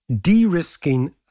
de-risking